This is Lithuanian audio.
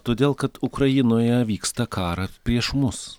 todėl kad ukrainoje vyksta karas prieš mus